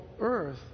earth